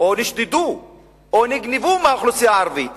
או נשדדו או נגנבו מהאוכלוסייה הערבית